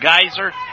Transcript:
Geyser